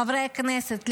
חברי הכנסת,